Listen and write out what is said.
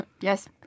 Yes